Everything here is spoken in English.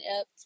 up